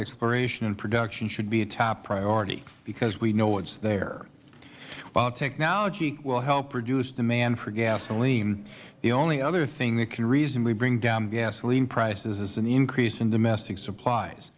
exploration in production should be a top priority because we know it is there while technology will help produce demand for gasoline the only other thing that can reasonably bring down gasoline prices is an increase in domestic supplies